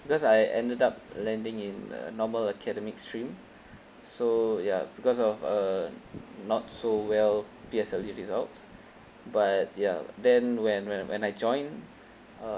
because I ended up landing in a normal academic stream so ya because of uh not so well P_S_L_E results but ya then when when when I joined uh